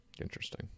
Interesting